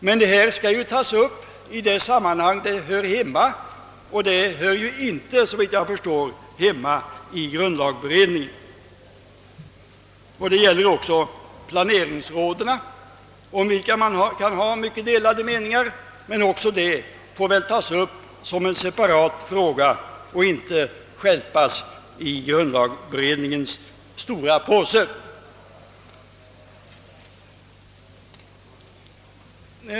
Men den saken skall tas upp i det sammanhang där den hör hemma, och såvitt jag förstår hör den icke hemma i grundlagberedningen. Detta gäller även planeringsråden, om vilka man kan ha delade meningar. Också den frågan får väl tas upp separat och inte stjälpas i grundlagberedningens stora påse.